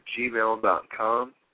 gmail.com